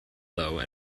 though